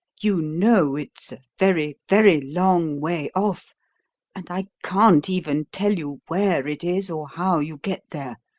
you know, it's a very, very long way off and i can't even tell you where it is or how you get there.